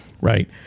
right